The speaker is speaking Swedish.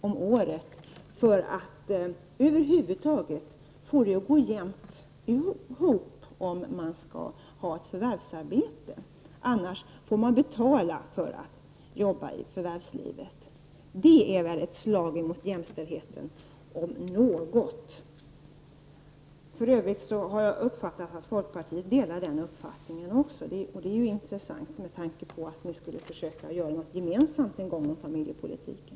om året för att över huvud taget få det att gå ihop, om man skall ha ett förvärvsarbete. Annars får man betala för att arbeta i förvärvslivet. Det är väl, om något, ett slag mot jämställdheten. För övrigt har jag förstått att folkpartiet delar den uppfattningen. Det är ju intressant med tanke på att skall kanske moderaterna och folkpartiet försöka göra någonting gemensamt när det gäller familjepolitiken.